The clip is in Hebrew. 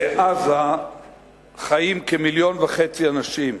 בעזה חיים כמיליון וחצי אנשים.